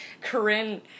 Corinne